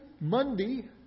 Monday